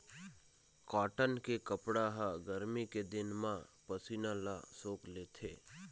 cotton के कपड़ा ह गरमी के दिन म पसीना ल सोख लेथे